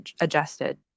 adjusted